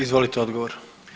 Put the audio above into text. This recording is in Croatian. Izvolite odgovor.